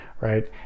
Right